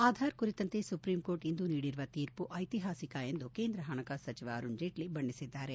ಆಧಾರ್ ಕುರಿತಂತೆ ಸುಪ್ರೀಂಕೋರ್ಟ್ ಇಂದು ನೀಡಿರುವ ತೀರ್ಪು ಐತಿಹಾಸಿಕ ಎಂದು ಕೇಂದ್ರ ಪಣಕಾಸು ಸಚಿವ ಅರುಣ್ ಜೇಟ್ಟ ಬಣ್ಣಿಸಿದ್ದಾರೆ